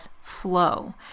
flow